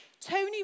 Tony